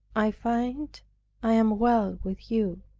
i find i am well with you.